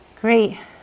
Great